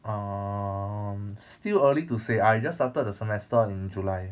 um still early to say I just started the semester in july